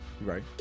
Right